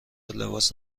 لباس